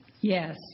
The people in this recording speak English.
Yes